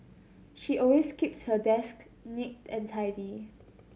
she always keeps her desk neat and tidy